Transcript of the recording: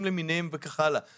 הבירוקרטיה הקבועה בנוסף לכל הצרות.